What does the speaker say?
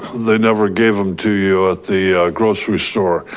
they never gave them to you at the grocery store,